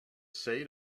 say